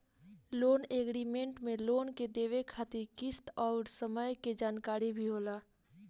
loan agreement में loan के देवे खातिर किस्त अउर समय के जानकारी भी होला